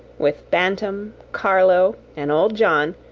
with bantam, carlo, and old john,